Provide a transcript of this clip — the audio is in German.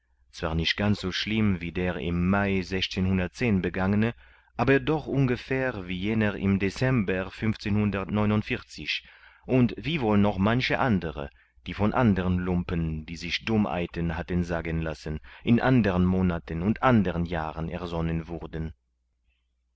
zwar nicht ganz so schlimm wie der im mai begangene aber doch ungefähr wie jener im deem und wie wohl noch manche andere die von andern lumpen die sich dummheiten hatten sagen lassen in andern monaten und andern jahren ersonnen wurden